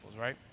right